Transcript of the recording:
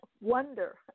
Wonder